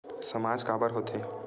सामाज काबर हो थे?